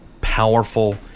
powerful